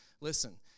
listen